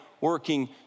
working